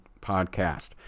podcast